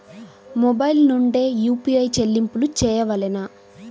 Mobile నుండే UPI చెల్లింపులు చేయవలెనా?